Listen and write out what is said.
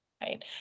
right